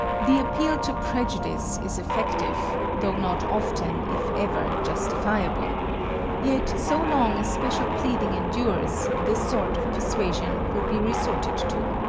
the appeal to prejudice is effective though not often, if ever, justifiable yet so long as special pleading endures this sort of persuasion will be resorted to.